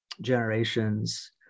generations